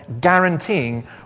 guaranteeing